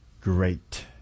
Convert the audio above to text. great